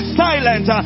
silent